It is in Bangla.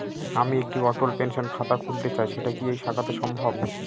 আমি একটি অটল পেনশন খাতা খুলতে চাই সেটা কি এই শাখাতে সম্ভব?